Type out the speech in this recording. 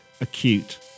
acute